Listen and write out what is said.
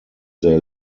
they